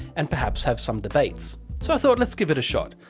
and perhaps have some debates. so i thought, let's give it a shot.